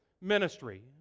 ministry